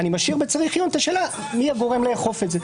אני משאיר בצריך עיון את השאלה מי הגורם לאכוף את זה.